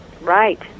Right